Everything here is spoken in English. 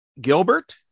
Gilbert